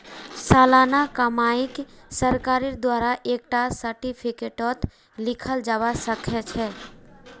सालाना कमाईक सरकारेर द्वारा एक टा सार्टिफिकेटतों लिखाल जावा सखछे